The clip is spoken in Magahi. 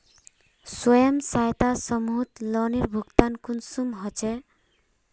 स्वयं सहायता समूहत लोनेर भुगतान कुंसम होचे?